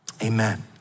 Amen